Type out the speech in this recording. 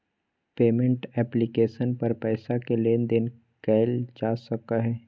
payment application पर पैसा के लेन देन कइल जा सको हइ